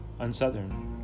UnSouthern